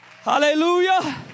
Hallelujah